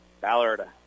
Ballard